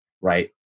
right